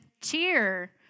cheer